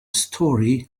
story